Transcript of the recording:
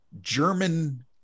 german